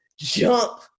jump